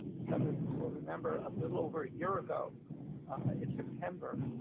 some will remember a little over a year ago in september,